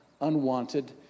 unwanted